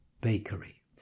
bakery